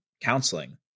counseling